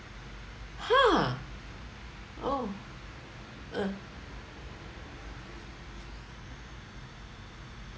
ha oh uh